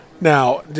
Now